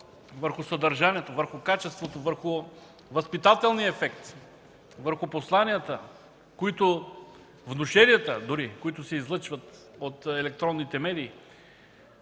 върху съдържанието, върху качеството, върху възпитателния ефект, върху посланията, внушенията дори, които се излъчват от електронните медии.